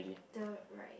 the right